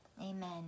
Amen